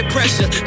pressure